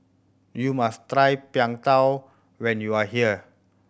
you must try Png Tao when you are here